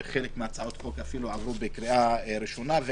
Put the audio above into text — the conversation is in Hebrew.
כשחלק מהצעות החוק אפילו עברו בקריאה ראשונה,